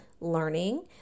learning